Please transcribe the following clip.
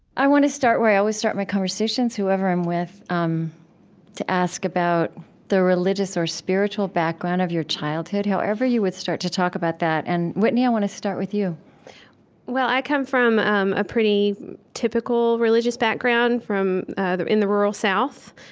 i want to start where i always start my conversations, whoever i'm with, um to ask about the religious or spiritual background of your childhood, however you would start to talk about that. and whitney, i want to start with you well, i come from um a pretty typical religious background from in the rural south.